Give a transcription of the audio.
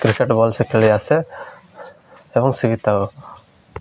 cricket ଭଲ ସେ ଖେଳି ଆସେ ଏବଂ ଶିଖିଥାଉ